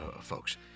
folks